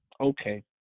Okay